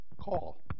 call